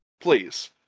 Please